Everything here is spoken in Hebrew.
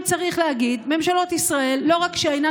צריך להגיד: ממשלות ישראל לא רק שאינן